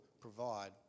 provide